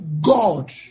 God